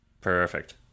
Perfect